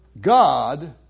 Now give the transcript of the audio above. God